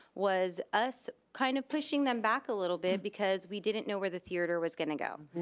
was us kind of pushing them back a little bit because we didn't know where the theater was gonna go.